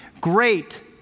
Great